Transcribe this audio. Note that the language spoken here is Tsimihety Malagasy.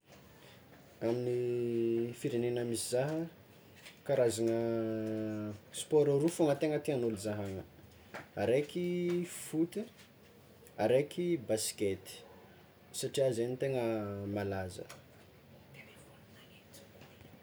Amin'ny firenena misy zaha, karazagna spaoro aroa fogna tegna tiàgn'olo zahagna, araiky foot, araiky baskety, satria zegny tegna malaza.